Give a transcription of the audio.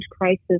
crisis